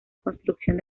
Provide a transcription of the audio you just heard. construcción